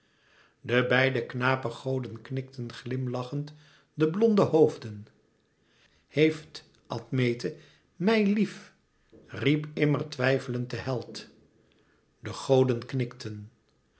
de beide knapegoden knikten glimlachend de blonde hoofden heeft admete mij lief riep immer twijfelend de held de goden knikten